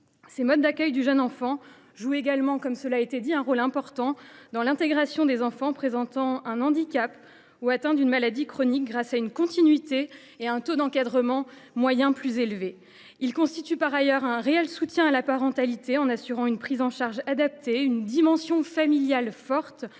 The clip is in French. Ce mode d’accueil du jeune enfant joue également un rôle important dans l’intégration des enfants présentant un handicap ou atteints d’une maladie chronique, grâce à une meilleure continuité et à un taux d’encadrement moyen plus élevé. Ces structures constituent par ailleurs de réels soutiens à la parentalité, en assurant une prise en charge adaptée et une forte dimension familiale tout en